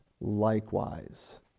Likewise